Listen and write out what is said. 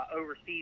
overseas